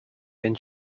than